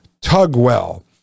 tugwell